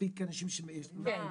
מספיק אנשים שמומחים.